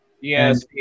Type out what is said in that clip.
Yes